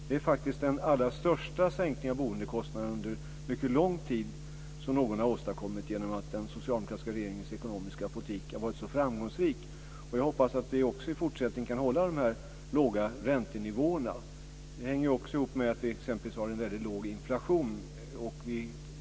Det är faktiskt den allra största sänkningen av boendekostnaden under mycket lång tid som någon har åstadkommit. Det har skett genom att den socialdemokratiska regeringens ekonomiska politik har varit så framgångsrik. Jag hoppas att vi också i fortsättningen kan hålla de här låga räntenivåerna. Det hänger också ihop med att vi exempelvis har en väldigt låg inflation.